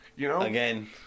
Again